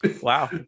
Wow